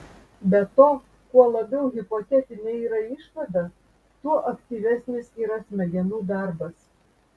be to kuo labiau hipotetinė yra išvada tuo aktyvesnis yra smegenų darbas